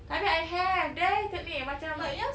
tapi I have there tengok ni macam